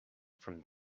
from